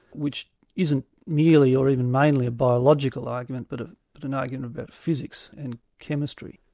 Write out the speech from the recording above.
which isn't nearly or even mainly a biological argument, but ah but an argument about physics and chemistry.